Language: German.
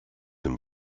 dem